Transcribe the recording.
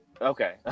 Okay